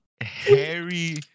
Harry